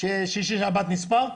שישי, שבת נספרים?